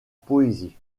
poésie